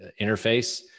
interface